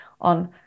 on